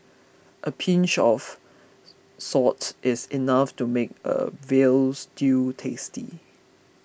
a pinch of salt is enough to make a Veal Stew tasty